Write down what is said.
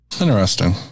Interesting